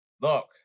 Look